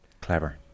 clever